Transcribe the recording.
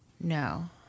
no